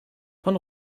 von